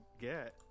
get